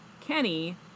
Kenny